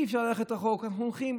אי-אפשר ללכת רחוק, ואנחנו הולכים.